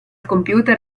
computer